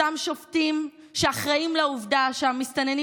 אותם שופטים שאחראים לעובדה שהמסתננים